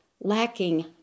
lacking